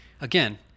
again